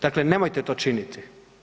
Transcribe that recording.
Dakle, nemojte to činiti.